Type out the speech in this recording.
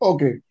Okay